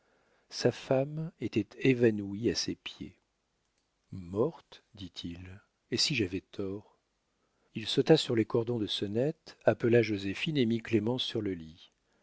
sa femme était évanouie à ses pieds morte dit-il et si j'avais tort il sauta sur les cordons de sonnette appela joséphine et mit clémence sur le lit